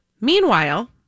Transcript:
Meanwhile